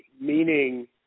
meaning